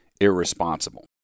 irresponsible